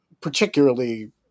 particularly